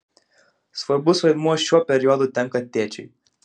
svarbus vaidmuo šiuo periodu tenka tėčiui